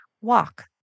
walk